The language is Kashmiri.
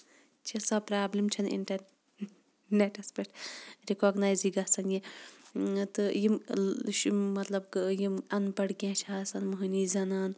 چھِ سۄ بروبلِم چھےٚ نہٕ اِنٹرنیٹٔس پٮ۪ٹھ رِکوگنیزٕے گژھان یہِ تہٕ یِم مطلب یِم اَن پَڑ کیٚنہہ چھِ آسان موہنی زَنانہٕ